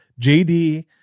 JD